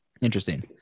Interesting